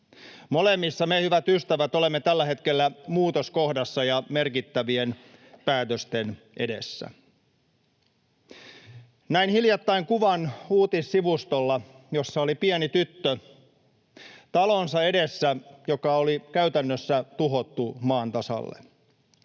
Molemmissa me, hyvät ystävät, olemme tällä hetkellä muutoskohdassa ja merkittävien päätösten edessä. Näin hiljattain uutissivustolla kuvan, jossa oli pieni tyttö talonsa edessä, joka oli käytännössä tuhottu maan tasalle.